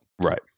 right